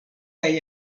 kaj